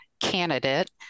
candidate